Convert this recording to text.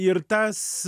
ir tas